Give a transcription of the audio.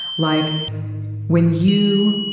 like when you